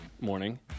morning